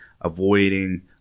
Avoiding